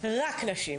רק נשים.